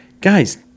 guys